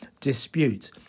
dispute